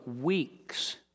weeks